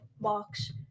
box